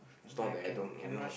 it's not that I don't you know